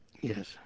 Yes